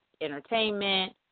entertainment